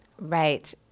Right